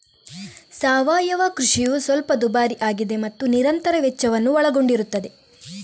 ಸಾವಯವ ಕೃಷಿಯು ಸ್ವಲ್ಪ ದುಬಾರಿಯಾಗಿದೆ ಮತ್ತು ನಿರಂತರ ವೆಚ್ಚವನ್ನು ಒಳಗೊಂಡಿರುತ್ತದೆ